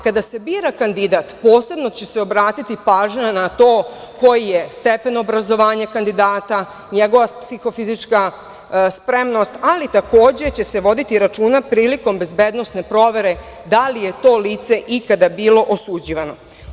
Kada se bira kandidat, posebno će se obratiti pažnja na to koji je stepen obrazovanja kandidata, njegova psiho-fizička spremnost, ali takođe će se voditi računa prilikom bezbednosne provere da li je to lice ikada bilo osuđivano.